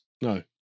No